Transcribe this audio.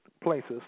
places